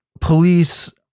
police